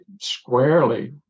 squarely